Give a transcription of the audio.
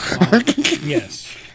Yes